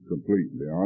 Completely